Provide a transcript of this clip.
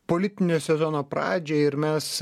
politinio sezono pradžią ir mes